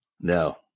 No